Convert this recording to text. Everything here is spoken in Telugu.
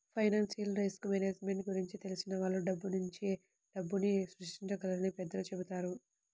ఫైనాన్షియల్ రిస్క్ మేనేజ్మెంట్ గురించి తెలిసిన వాళ్ళు డబ్బునుంచే డబ్బుని సృష్టించగలరని పెద్దలు చెబుతారు